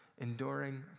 enduring